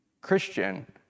Christian